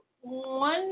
one